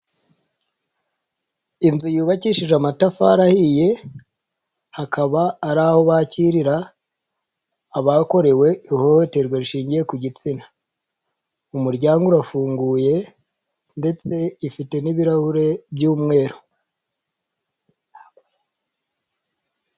Inzu yubakishije amatafari ahiye, hakaba ari aho bakirira, abakorewe ihohoterwa rishingiye ku gitsina. Umuyango urafunguye ndetse ifite n'ibirahure by'umweru.